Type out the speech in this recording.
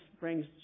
brings